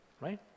right